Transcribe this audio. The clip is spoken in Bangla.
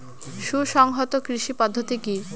সুসংহত কৃষি পদ্ধতি কি?